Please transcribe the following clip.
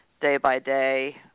day-by-day